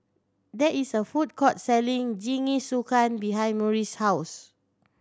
there is a food court selling Jingisukan behind Murry's house